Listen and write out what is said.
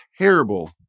terrible